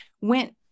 went